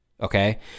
Okay